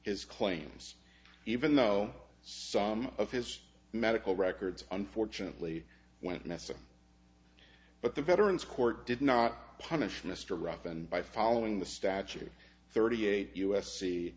his claims even though some of his medical records unfortunately went missing but the veterans court did not punish mr ruff and by following the statute thirty eight u